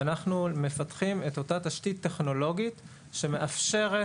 ואנחנו מפתחים את אותה התשתית הטכנולוגית שמאפשרת